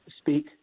Speak